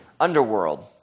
underworld